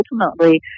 ultimately